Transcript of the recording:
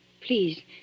please